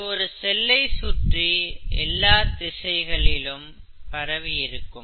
இது ஒரு செல்லை சுற்றி எல்லா திசைகளிலும் பரவி இருக்கும்